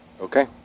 Okay